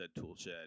Toolshed